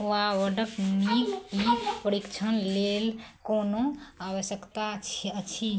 वाह बड्डक नीक की परिक्षण लेल कोनो आवश्यकता छी अछि